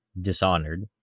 Dishonored